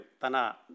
Tana